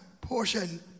portion